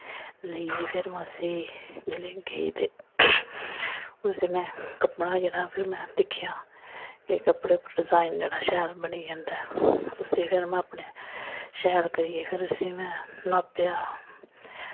लेइयै फिर में उस्सी जिल्लै गेई ते उस्सी में कपड़ा जेह्ड़ा फिर में दिक्खेआ ते कपड़े पर डिजाइन जेह्ड़ा शैल बनी जंदा ऐ उस्सी फिर में अपने शैल करियै फिर उस्सी में नापेआ